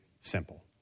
simple